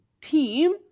team